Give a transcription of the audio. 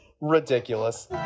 Ridiculous